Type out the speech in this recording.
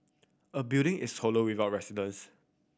a building is hollow without residents